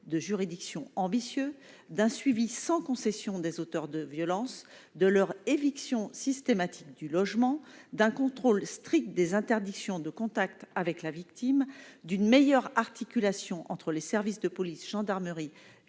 de juridiction ambitieux d'un suivi sans concession des auteurs de violence, de leur éviction systématique du logement d'un contrôle strict des interdictions de contact avec la victime d'une meilleure articulation entre les services de police, gendarmerie et